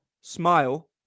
smile